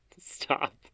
stop